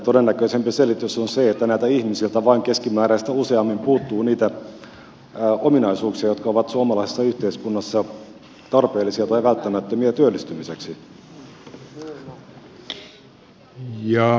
todennäköisempi selitys on se että näiltä ihmisiltä vain keskimääräistä useammin puuttuu niitä ominaisuuksia jotka ovat suomalaisessa yhteiskunnassa tarpeellisia tai välttämättömiä työllistymiseksi